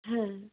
হ্যাঁ